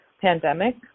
pandemic